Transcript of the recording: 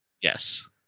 Yes